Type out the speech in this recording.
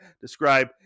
describe